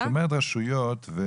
את אומרת רשויות אבל